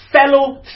fellow